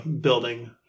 building